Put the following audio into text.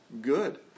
good